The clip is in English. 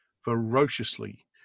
ferociously